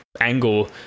angle